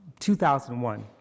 2001